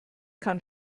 kann